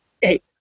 hey